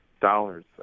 Dollars